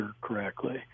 correctly